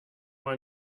man